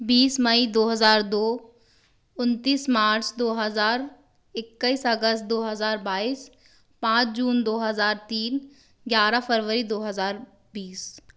बीस मई दो हजार दो उनतीस मार्च दो हजार इक्कीस अगस्त दो हजार बाईस पाँच जून दो हजार तीन ग्यारह फरवरी दो हजार बीस